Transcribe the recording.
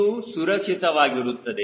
ಅದು ಸುರಕ್ಷಿತವಾಗಿರುತ್ತದೆ